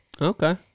Okay